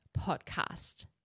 podcast